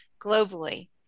globally